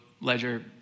ledger